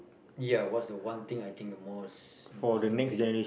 ya what's the one thing I think the most important thing